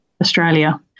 australia